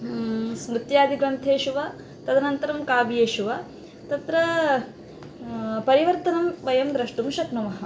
स्मृत्यादिग्रन्थेषु वा तदनन्तरं काव्येषु वा तत्र परिवर्तनं वयं द्रष्टुं शक्नुमः